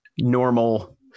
normal